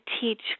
teach